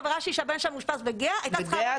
חברה שלי שהבן שלה מאושפז בגהה הייתה